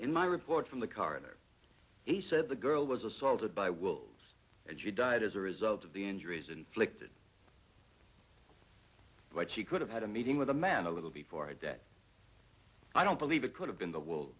in my report from the carter he said the girl was assaulted by wolves and she died as a result of the injuries inflicted but she could have had a meeting with a man a little before death i don't believe it could have been the w